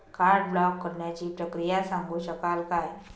Card block करण्याची प्रक्रिया सांगू शकाल काय?